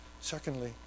Secondly